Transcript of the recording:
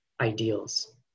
ideals